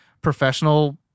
professional